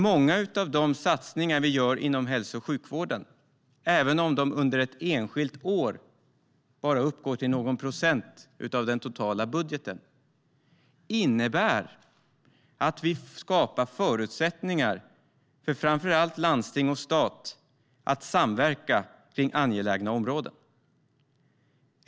Många av de satsningar vi gör inom hälso och sjukvården, även om de under ett enskilt år bara uppgår till någon procent av den totala budgeten, innebär att vi skapar förutsättningar för framför allt landsting och stat att samverka inom angelägna områden.